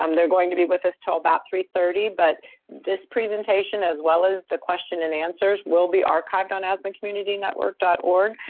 um they're going to be with us till about three thirty but this presentation, as well as the question and answers, will be archived on asthmacommunitynetwork org.